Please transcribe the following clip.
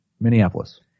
Minneapolis